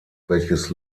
welches